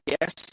yes